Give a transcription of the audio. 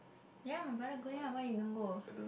ya my brother going ah why you don't go